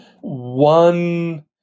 One